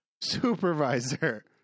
Supervisor